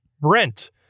Brent